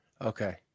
Okay